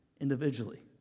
individually